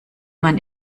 man